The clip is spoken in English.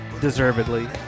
deservedly